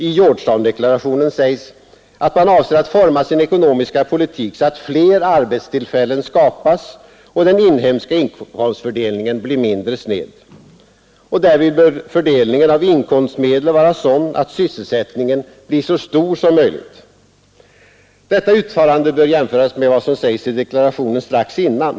I Georgetowndeklarationen sägs, att man avser att forma sin ekonomiska politik så att fler arbetstillfällen skapas och den inhemska inkomstfördelningen blir mindre sned. Därvid bör fördelningen av investeringsmedel vara sådan att sysselsättningen blir så stor som möjligt. Detta uttalande bör jämföras med vad som sägs i deklarationen strax innan.